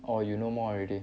or you no more already